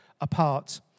apart